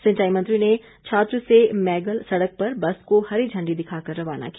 सिंचाई मंत्री ने छात्र से मैगल सड़क पर बस को हरी झण्डी दिखाकर रवाना किया